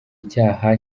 icyaha